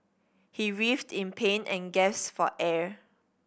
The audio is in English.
he writhed in pain and gasped for air